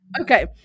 Okay